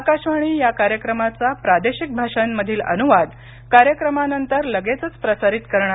आकाशवाणी या कार्यक्रमाचा प्रादेशिक भाषांमधील अनुवाद कार्यक्रमानंतर लगेचच प्रसारित करणार